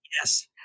Yes